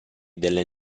delle